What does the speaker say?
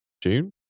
June